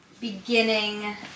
beginning